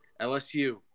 LSU